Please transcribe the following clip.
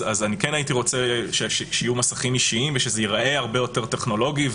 כן הייתי רוצה שיהיו מסכים אישיים ושזה ייראה הרבה יותר טכנולוגי,